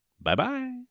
Bye-bye